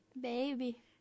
Baby